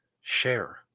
share